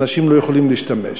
ואנשים לא יכולים להשתמש.